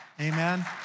Amen